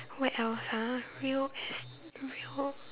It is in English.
what else ah real es~ real